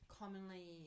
commonly